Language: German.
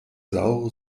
saure